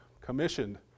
commissioned